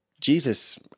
Jesus